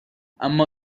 اما